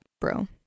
bro